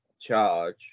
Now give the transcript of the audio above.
charge